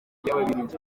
y’ababiligi